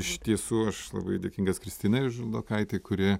iš tiesų aš labai dėkingas kristinai žaldokaitė kuri